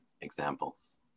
examples